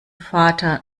vater